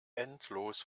endlos